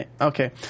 Okay